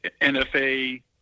NFA